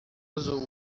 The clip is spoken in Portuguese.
azul